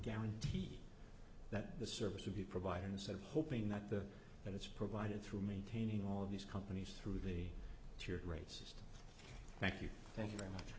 guarantee that the service of the provider and so hoping that the that it's provided through maintaining all of these companies through the tears racist thank you thank you very much